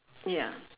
ya